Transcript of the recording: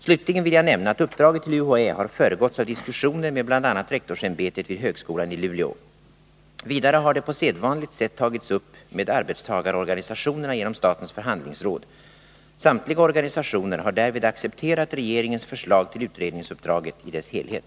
Slutligen vill jag nämna att uppdraget till UHÄ har föregåtts av diskussioner med bl.a. rektorsämbetet vid högskolan i Luleå. Vidare har det på sedvanligt sätt tagits upp med arbetstagarorganisationerna genom statens förhandlingsråd. Samtliga organisationer har därvid accepterat regeringens förslag till utredningsuppdraget i dess helhet.